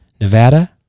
Nevada